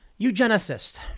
eugenicist